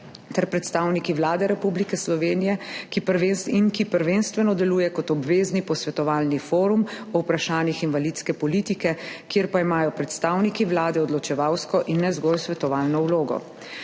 ter predstavniki Vlade Republike Slovenije in ki prvenstveno deluje kot obvezni posvetovalni forum o vprašanjih invalidske politike, kjer pa imajo predstavniki Vlade odločevalsko in ne zgolj svetovalno vlogo.